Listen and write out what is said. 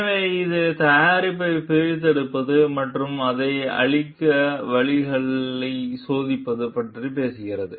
எனவே இது தயாரிப்பை பிரித்தெடுப்பது மற்றும் அதை அழிக்க வழிகளை சோதிப்பது பற்றி பேசுகிறது